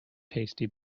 tasty